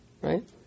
right